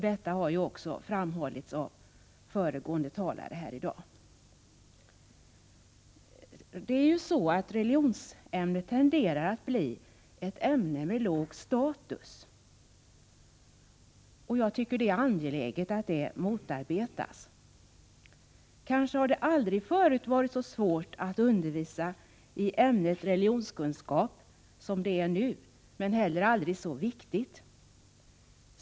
Detta har också framhållits av föregående talare här i dag. Religionsämnet tenderar att bli ett ämne med låg status. Jag tycker det är angeläget att denna utveckling motarbetas. Kanske har det aldrig förut varit så svårt att undervisa i ämnet religionskunskap som det är nu — men heller aldrig så viktigt.